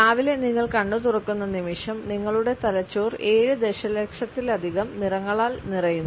രാവിലെ നിങ്ങൾ കണ്ണുതുറക്കുന്ന നിമിഷം നിങ്ങളുടെ തലച്ചോർ ഏഴ് ദശലക്ഷത്തിലധികം നിറങ്ങളാൽ നിറയുന്നു